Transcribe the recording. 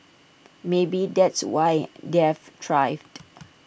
maybe that's why they have thrived